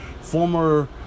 former